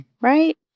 Right